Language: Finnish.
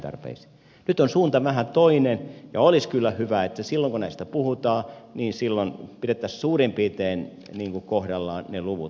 nyt on suunta vähän toinen ja olisi kyllä hyvä että silloin kun näistä puhutaan pidettäisiin suurin piirtein kohdallaan ne luvut mistä puhutaan